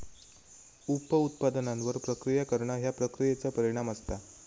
उप उत्पादनांवर प्रक्रिया करणा ह्या प्रक्रियेचा परिणाम असता